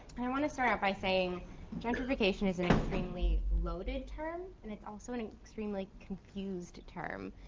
and i want to start off by saying gentrification is an extremely loaded term, and it's also an an extremely confused term.